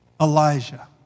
elijah